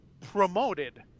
promoted